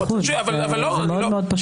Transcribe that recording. זה מאוד פשוט.